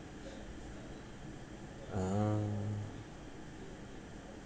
uh